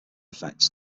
effect